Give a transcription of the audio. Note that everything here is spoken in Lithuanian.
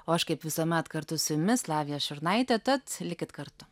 o aš kaip visuomet kartu su jumis lavija šurnaitė tad likit kartu